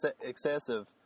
excessive